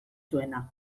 zuena